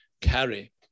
carry